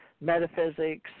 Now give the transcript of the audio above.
metaphysics